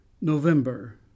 november